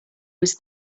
was